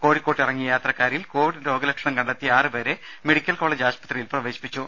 കോഴിക്കോട്ട് ഇറങ്ങിയ യാത്രക്കാരിൽ കോവിഡ് രോഗലക്ഷണം കണ്ടെത്തിയ ആറുപേരെ മെഡിക്കൽ കോളേജ് ആശുപത്രിയിൽ പ്രവേശിപ്പിച്ചു